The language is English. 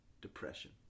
Depression